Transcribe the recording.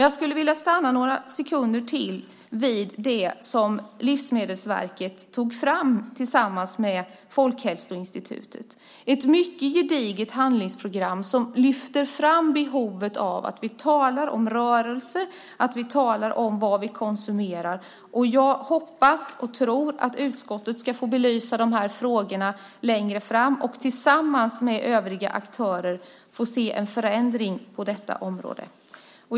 Jag skulle vilja stanna några sekunder till vid det som Livsmedelsverket tog fram tillsammans med Folkhälsoinstitutet, ett mycket gediget handlingsprogram som lyfter fram behovet av att vi talar om rörelse och om vad vi konsumerar. Jag hoppas och tror att utskottet ska få belysa de här frågorna längre fram och tillsammans med övriga aktörer får se en förändring på detta område.